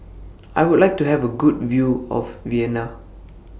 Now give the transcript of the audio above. I Would like to Have A Good View of Vienna